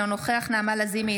אינו נוכח נעמה לזימי,